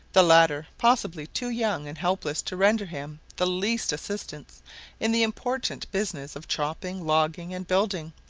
the latter possibly too young and helpless to render him the least assistance in the important business of chopping, logging, and building,